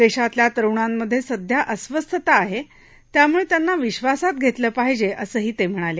देशातल्या तरूणांमधे सध्या अस्वस्थता आहे त्यामुळे त्यांना विश्वासात घेतलं पाहिजे असंही ते म्हणाले